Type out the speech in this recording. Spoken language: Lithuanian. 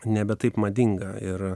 nebe taip madinga ir